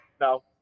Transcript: No